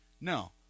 No